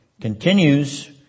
continues